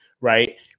right